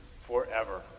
forever